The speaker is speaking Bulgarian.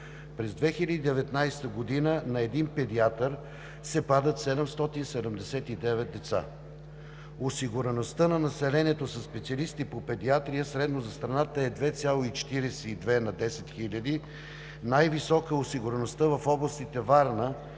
През 2019 г. на един педиатър се падат 779 деца. Осигуреността на населението със специалисти по педиатрия средно за страната е 2,42 на 10 000. Най-висока е осигуреността в областите Варна –